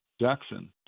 Jackson